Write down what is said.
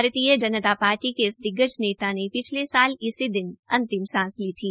भारतीय जनता पार्टी के इस दिग्गज नेता ने पिछलेसात इसी दिन अंतिम सांस ली थी